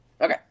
Okay